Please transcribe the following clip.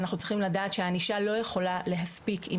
ואנחנו צריכים לדעת שהענישה לא יכולה להספיק אם